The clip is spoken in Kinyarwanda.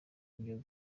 byo